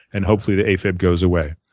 and hopefully the a-fib goes away.